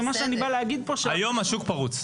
ומה שאני בא להגיד פה --- היום השוק פרוץ.